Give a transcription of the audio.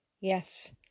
Yes